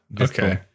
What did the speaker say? Okay